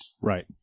Right